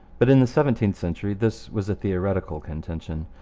but in the seventeenth century this was a theoretical contention.